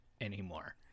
anymore